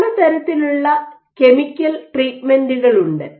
പലതരത്തിലുള്ള കെമിക്കൽ ട്രീറ്റ്മെൻറ്കളുണ്ട്